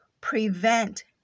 prevent